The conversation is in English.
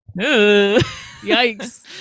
yikes